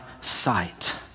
sight